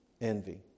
envy